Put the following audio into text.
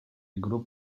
group